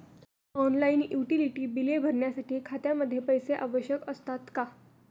Online utility बिले भरण्यासाठी खात्यामध्ये पैसे आवश्यक असतात का?